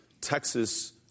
Texas